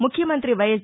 ముఖ్యమంతి వైఎస్